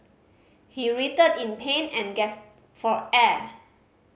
he writhed in pain and gasped for air